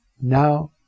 now